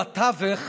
בתווך,